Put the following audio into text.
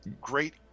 great